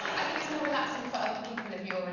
i think it's more relaxing for other people if you're in